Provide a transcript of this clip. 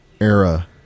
era